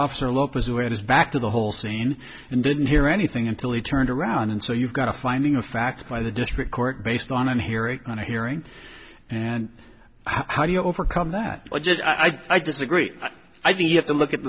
officer lopez who had his back to the whole scene and didn't hear anything until he turned around and so you've got a finding of fact by the district court based on and hearing and hearing and how do you overcome that i just i disagree i think you have to look at